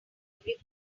every